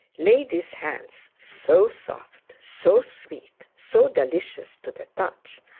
ladies' hands so soft, so sweet, so delicious to the touch,